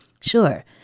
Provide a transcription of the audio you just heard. Sure